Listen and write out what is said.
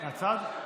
מהצד.